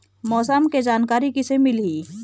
मौसम के जानकारी किसे मिलही?